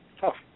tough